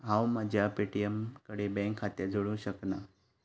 हांव म्हज्या पेटीएम कडेन बँक खातें जोडूंक शकना